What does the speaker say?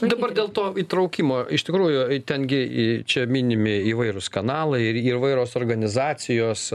dabar dėl to įtraukimo iš tikrųjų ten gi čia minimi įvairūs kanalai ir įvairios organizacijos